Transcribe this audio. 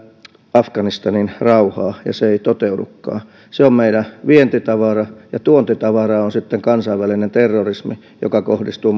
afganistaniin rauhaa ja se ei toteudukaan se on meidän vientitavaramme ja tuontitavara on sitten kansainvälinen terrorismi joka kohdistuu